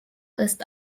ist